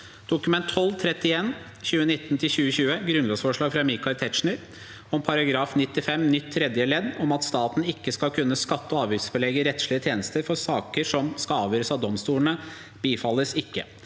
Dokument 12:31 (2019–2020) – Grunnlovsforslag fra Michael Tetzschner om § 95 nytt tredje ledd (om at staten ikke skal kunne skatte- og avgiftsbelegge rettslige tjenester for saker som skal avgjøres av domstolene) – bifalles ikke.